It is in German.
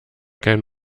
kein